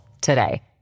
today